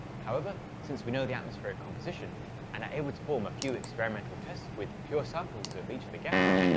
however, since we know the atmospheric composition and are able to form a few experimental tests with pure samples of each of the gases,